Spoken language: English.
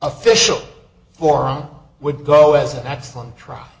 official form would go as an excellent tr